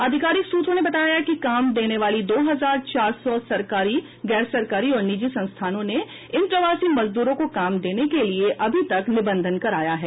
आधिकारिक सूत्रों ने बताया कि काम देने वाली दो हजार चार सौ सरकारी गैर सरकारी और निजी संस्थानों ने इन प्रवासी मजदूरों को काम देने के लिए अभी तक निबंधन कराया है